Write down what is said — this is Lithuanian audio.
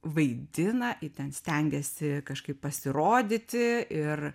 vaidina itin stengiasi kažkaip pasirodyti ir